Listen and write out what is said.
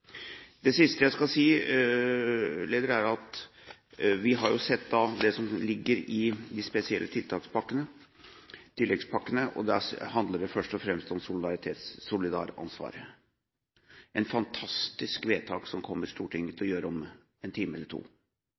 Det siste jeg skal si, er at vi har jo sett det som ligger i de spesielle tiltakspakkene, tilleggspakkene, og der handler det først og fremst om solidaransvar – et fantastisk vedtak som Stortinget kommer til å gjøre om en time eller to.